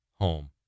home